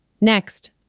Next